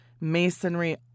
masonry